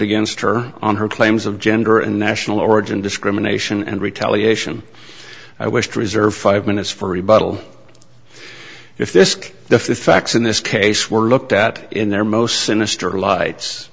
against her on her claims of gender and national origin discrimination and retaliation i wish to reserve five minutes for rebuttal if this if the facts in this case were looked at in their most sinister lights